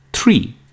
Three